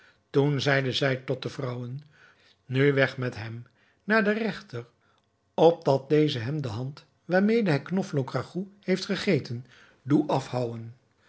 toen zeide zij tot de vrouwen nu weg met hem naar den regter opdat deze hem de hand waarmede hij knoflook ragout heeft gegeten doe afhouwen